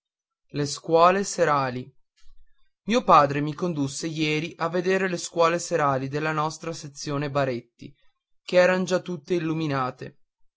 le scuole serali idì io padre mi condusse ieri a vedere le scuole serali della nostra sezione baretti che eran già tutte illuminate